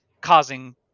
causing